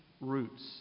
roots